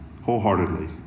wholeheartedly